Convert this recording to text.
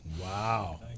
Wow